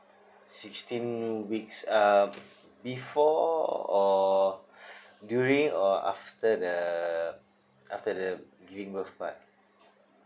sixteen weeks uh before or during or after the after the giving birth part